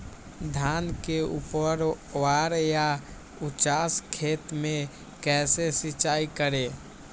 धान के ऊपरवार या उचास खेत मे कैसे सिंचाई करें?